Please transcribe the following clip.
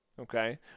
okay